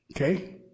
Okay